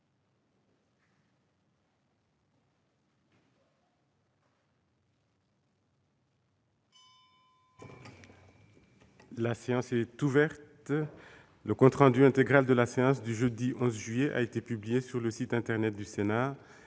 La séance est ouverte. Le compte rendu intégral de la séance du jeudi 11 juillet 2019 a été publié sur le site internet du Sénat.